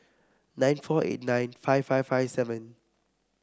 nine four eight nine five five five seven